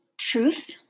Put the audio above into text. truth